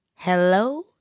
Hello